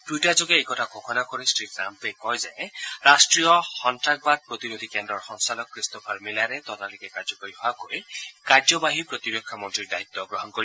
টুইটাৰযোগে এই কথা ঘোষণা কৰি শ্ৰীট্টাম্পে কয় যে ৰট্টীয় সন্তাসবাদ প্ৰতিৰোধী কেন্দ্ৰৰ সঞ্চালক ক্ৰিষ্টোফাৰ মিলাৰে ততালিকে কাৰ্যকৰী হোৱাকৈ কাৰ্যবাহী প্ৰতিৰক্ষা মন্ত্ৰীৰ দায়িত্ব গ্ৰহণ কৰিব